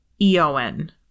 EON